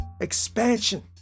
Expansion